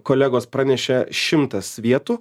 kolegos pranešė šimtas vietų